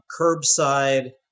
curbside